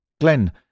Glenn